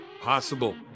possible